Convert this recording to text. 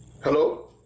hello